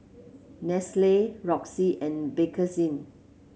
Nestle Roxy and Bakerzin